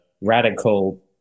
radical